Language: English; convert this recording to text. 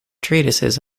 treatises